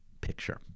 picture